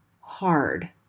hard